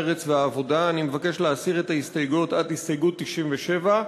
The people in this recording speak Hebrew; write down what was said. מרצ והעבודה אני מבקש להסיר את ההסתייגויות עד הסתייגות 97,